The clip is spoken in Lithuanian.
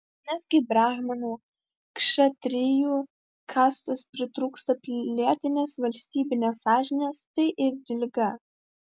nes kai brahmanų kšatrijų kastos pritrūksta pilietinės valstybinės sąžinės tai irgi liga